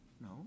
no